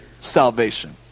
salvation